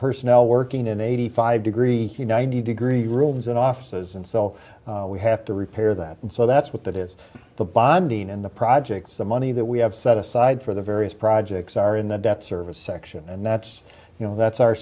personnel working in eighty five degree ninety degree rooms and offices and so we have to repair that and so that's what that is the bonding and the projects the money that we have set aside for the various projects are in the debt service section and that's you know that's our